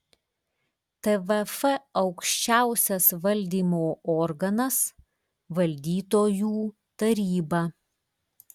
tvf aukščiausias valdymo organas valdytojų taryba